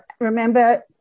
remember